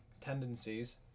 tendencies